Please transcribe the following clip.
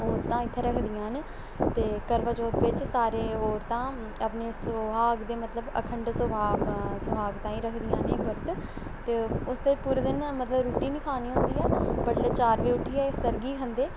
औरतां इत्थै रखदियां न ते करवाचौथ बिच सारी औरतां अपने सुहाग दे मतलब अखंड सुहाग ताईं रखदियां न व्रत ते उसदे पूरे दिन मतलब रूट्टी नी खानी हुंदी ऐ बड्डलै चार बजे उट्ठिये सर्गी खंदे